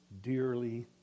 dearly